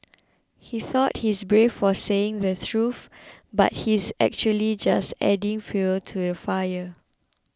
he thought he's brave for saying the truth but he's actually just adding fuel to the fire